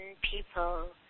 people